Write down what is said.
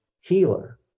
healer